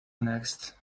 annexed